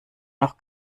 noch